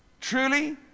Truly